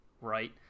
right